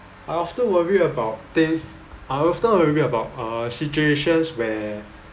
I often worry about things I often worry about uh situations where